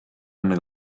enne